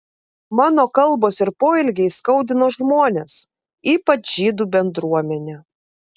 mano kalbos ir poelgiai skaudino žmones ypač žydų bendruomenę